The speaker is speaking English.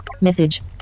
message